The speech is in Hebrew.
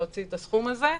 להוציא את הסכום הזה.